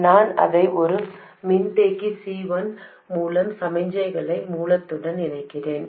எனவே நான் அதை ஒரு மின்தேக்கி C1 மூலம் சமிக்ஞை மூலத்துடன் இணைக்கிறேன்